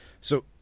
So-